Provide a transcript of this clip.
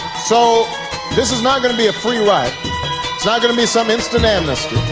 so this is not going to be a free ride, it's not going to be some instant amnesty.